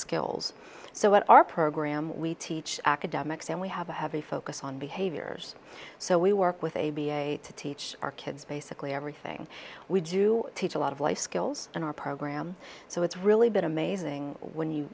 skills so what our program we teach academics and we have a heavy focus on behaviors so we work with a b a to teach our kids basically everything we do teach a lot of life skills in our program so it's really been amazing when you